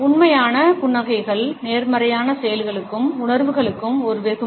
உண்மையான புன்னகைகள் நேர்மறையான செயல்களுக்கும் உணர்வுகளுக்கும் ஒரு வெகுமதி